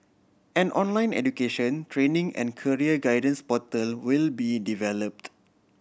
an online education training and career guidance portal will be developed